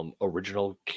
original